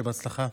שיהיה בהצלחה.